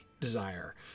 desire